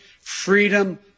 freedom